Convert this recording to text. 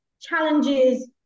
challenges